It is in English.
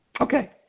Okay